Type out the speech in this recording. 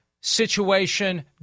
situation